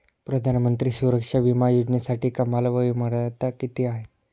प्रधानमंत्री सुरक्षा विमा योजनेसाठी कमाल वयोमर्यादा किती आहे?